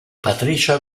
patricia